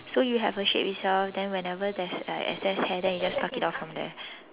so you have a shape itself then whenever there's like excess hair then you just pluck it out from there